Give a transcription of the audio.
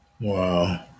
Wow